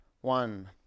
One